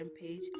page